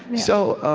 so,